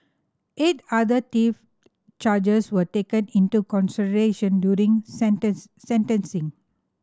eight other theft charges were taken into consideration during sentencing